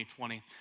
2020